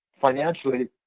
financially